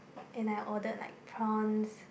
and I ordered like prawn